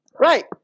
Right